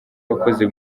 wakoze